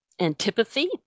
antipathy